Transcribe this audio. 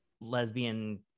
lesbian